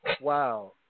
Wow